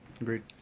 Agreed